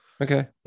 Okay